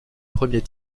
premier